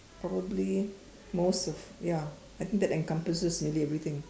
probably most of ya I think that encompasses nearly everything